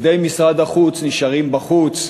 עובדי משרד החוץ נשארים בחוץ,